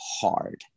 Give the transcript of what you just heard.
hard